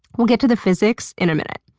well get to the physics in a minute.